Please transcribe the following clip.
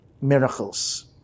miracles